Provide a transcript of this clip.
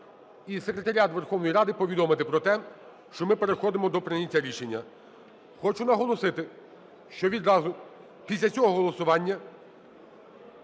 і секретаріат Верховної Ради повідомити про те, що ми переходимо до прийняття рішення. Хочу наголосити, що відразу після цього голосування